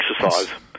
exercise